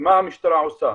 מה המשטרה עושה,